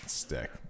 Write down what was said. stick